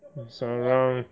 Sara